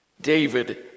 David